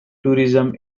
tourism